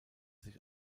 sich